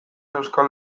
euskal